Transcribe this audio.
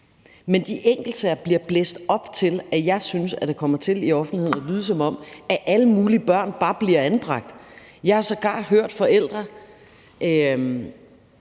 men de enkeltsager bliver blæst op til, at jeg synes, at det kommer til i offentligheden at lyde, som om alle mulige børn bare bliver anbragt. Jeg har sågar hørt forældre,